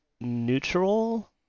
neutral